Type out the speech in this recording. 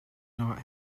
not